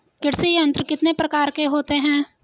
कृषि यंत्र कितने प्रकार के होते हैं?